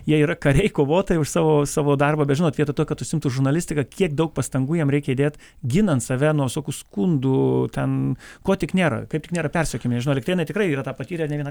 jie yra kariai kovotojai už savo savo darbą bet žinot vietoj to kad užsiimtų žurnalistika kiek daug pastangų jiem reikia įdėt ginant save nuo skundų ten ko tik nėra kaip tik nėra persekiojami žinau elektrėnai tikrai yra tą patyrę ir ne vieną